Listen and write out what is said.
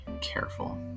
careful